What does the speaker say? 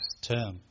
term